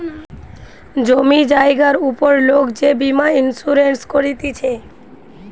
জমি জায়গার উপর লোক যে বীমা ইন্সুরেন্স করতিছে